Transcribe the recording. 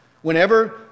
Whenever